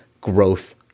growth